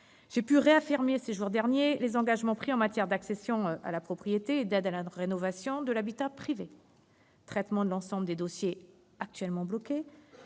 j'ai eu l'occasion de réaffirmer les engagements pris en matière d'accession à la propriété et d'aide à la rénovation de l'habitat privé : traitement de l'ensemble des dossiers actuellement bloqués,